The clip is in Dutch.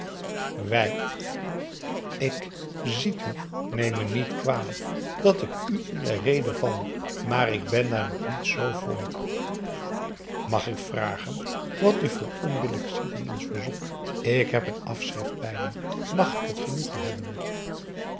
wij ik ziet u neem me niet kwalijk dat ik u in de rede val maar ik ben daar nog niet zoo vr mag ik vragen wat u voor onbillijks ziet in ons verzoek ik heb een afschrift bij me mag ik het genoegen hebben